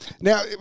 Now